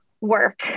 work